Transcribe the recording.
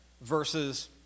versus